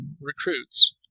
recruits